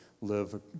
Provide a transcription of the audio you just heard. live